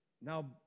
now